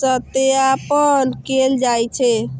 सत्यापन कैल जाइ छै